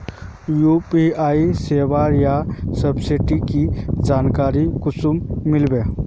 UPI सेवाएँ या services की जानकारी कुंसम मिलबे?